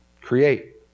create